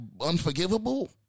unforgivable